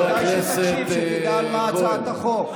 כדאי שתקשיב כדי שתדע על מה הצעת החוק.